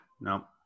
No